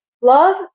love